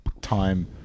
time